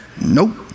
Nope